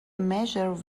measure